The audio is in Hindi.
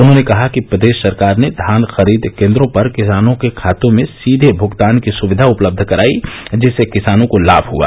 उन्होंने कहा कि प्रदेश सरकार ने धान खरीद केंद्रों पर किसानों के खातों में सीधे भूगतान की सुविधा उपलब्ध कराई जिससे किसानों को लाभ हुआ